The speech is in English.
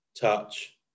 touch